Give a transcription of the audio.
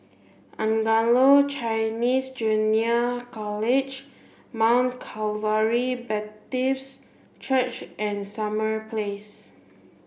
Anglo Chinese Junior College Mount Calvary Baptist Church and Summer Place